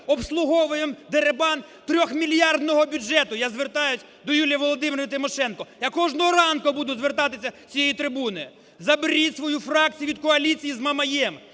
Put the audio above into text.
обслуговуємо дерибан трьохмільярдного бюджету, я звертаюся до Юлії Володимирівни Тимошенко. Я кожного ранку буду звертатися з цієї трибуни. Заберіть свою фракцію від коаліції з Мамаєм,